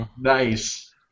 Nice